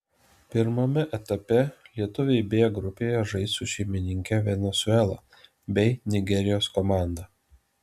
pirmame etape lietuviai b grupėje žais su šeimininke venesuela bei nigerijos komanda